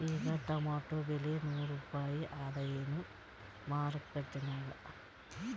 ಈಗಾ ಟೊಮೇಟೊ ಬೆಲೆ ನೂರು ರೂಪಾಯಿ ಅದಾಯೇನ ಮಾರಕೆಟನ್ಯಾಗ?